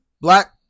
black